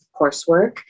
coursework